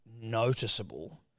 noticeable